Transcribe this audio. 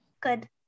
Good